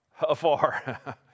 Afar